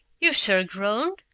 you've sure grown,